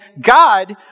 God